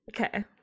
okay